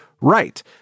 right